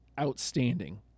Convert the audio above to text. outstanding